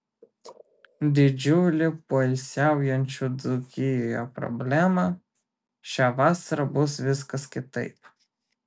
didžiulė poilsiaujančių dzūkijoje problema šią vasarą bus viskas kitaip